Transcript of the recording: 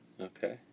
Okay